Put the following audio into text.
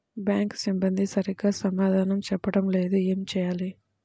Bank సిబ్బంది సరిగ్గా సమాధానం చెప్పటం లేదు ఏం చెయ్యాలి?